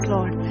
Lord